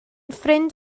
ffrind